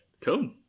Cool